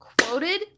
quoted